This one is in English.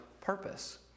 purpose